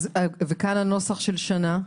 וכאן הנוסח של שנה?